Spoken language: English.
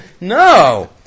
No